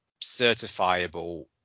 certifiable